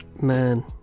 Man